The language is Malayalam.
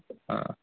ആ